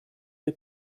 dei